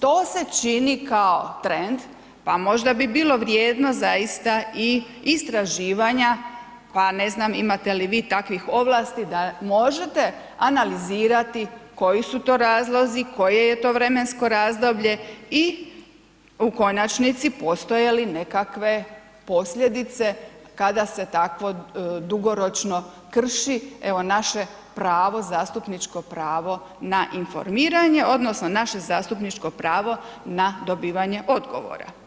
to se čini kao trend pa možda bi bilo vri9ejdno zaista i istraživanja pa ne znam imate li vi takvih ovlasti da možete analizirati koji su to razlozi, koje je to vremensko razdoblje i u konačnici postoje li nekakve posljedice kada se takvo dugoročno krši evo naše pravo, zastupničko pravo na informiranje odnosno naše zastupničko pravo na dobivanje odgovora.